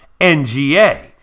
NGA